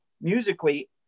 musically